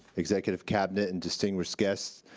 executive cabinet, and distinguished guests.